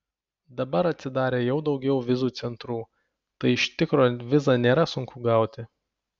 dabar atsidarė jau daugiau vizų centrų tai iš tikro vizą nėra sunku gauti